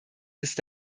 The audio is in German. ist